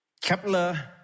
Kepler